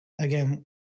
again